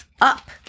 up